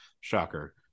Shocker